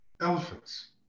elephants